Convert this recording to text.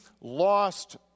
lost